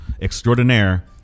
extraordinaire